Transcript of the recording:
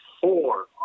Four